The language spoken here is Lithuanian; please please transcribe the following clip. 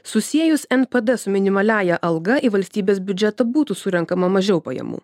susiejus npd su minimaliąja alga į valstybės biudžetą būtų surenkama mažiau pajamų